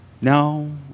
no